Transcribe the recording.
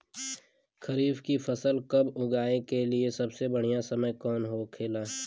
खरीफ की फसल कब उगाई के लिए सबसे बढ़ियां समय कौन हो खेला?